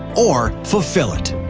or fulfill it?